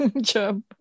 job